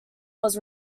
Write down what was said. was